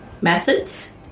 methods